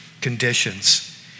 conditions